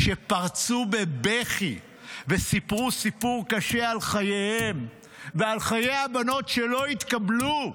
והן פרצו בבכי וסיפרו סיפור קשה על חייהן ועל חיי הבנות שלא התקבלו.